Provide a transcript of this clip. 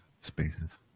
spaces